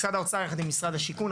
משרד האוצר יחד עם משרד השיכון,